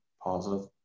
positive